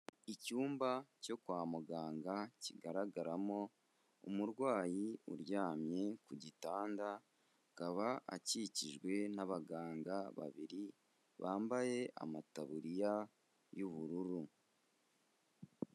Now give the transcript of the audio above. Icyumba cyo kwa muganga kigaragaramo umurwayi uryamye ku gitanda, abaka akikijwe n'abaganga babiri bambaye amataburiya y'ubururu.